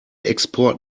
export